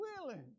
willing